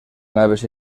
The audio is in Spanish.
naves